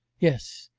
yes.